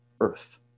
earth